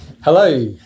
Hello